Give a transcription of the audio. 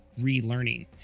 relearning